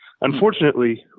Unfortunately